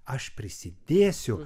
aš prisidėsiu